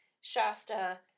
Shasta